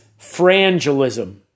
frangelism